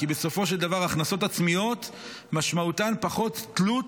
כי בסופו של דבר הכנסות עצמיות משמעותן פחות תלות